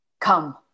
Come